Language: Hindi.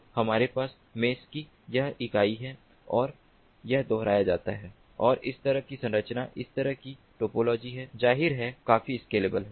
तो हमारे पास मेष की यह इकाई है और यह दोहराया जाता है और इस तरह की संरचना इस तरह की टोपोलॉजी है जाहिर है काफी स्केलेबल